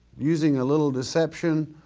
using a little deception,